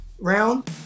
round